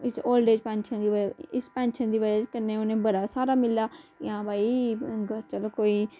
old age pension दी वजह कन्नै इस पेंशन दी वजह कन्नै उन्हेंगी बड्डा सारा मिला की हा भई आई चलो कोई